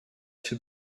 too